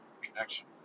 connection